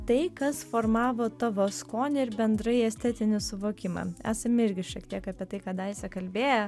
tai kas formavo tavo skonį ir bendrai estetinį suvokimą esam irgi šiek tiek apie tai kadaise kalbėję